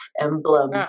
emblem